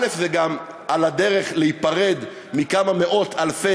על הדרך זה גם להיפרד מכמה מאות-אלפי